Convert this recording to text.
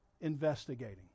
investigating